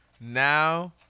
now